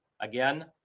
Again